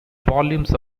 volumes